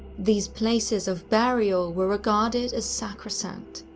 these places of burial were regarded as sacrosanct.